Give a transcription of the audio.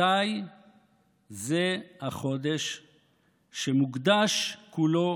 מתי זה החודש שמוקדש כולו